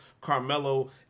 carmelo